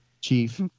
chief